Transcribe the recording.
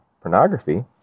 pornography